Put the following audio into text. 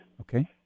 Okay